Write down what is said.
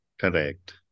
correct